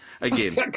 again